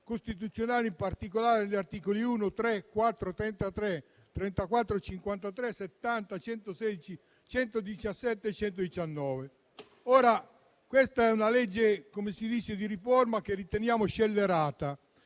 costituzionali, in particolare agli articoli 1, 3, 4, 33, 34, 53, 70, 116, 117 e 119. Quello in esame è un disegno di legge di riforma che riteniamo scellerato,